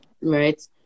Right